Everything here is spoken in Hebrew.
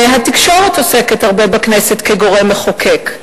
התקשורת עוסקת הרבה בכנסת כגורם מחוקק.